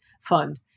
Fund